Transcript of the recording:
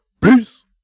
Peace